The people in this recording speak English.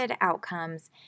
outcomes